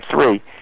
three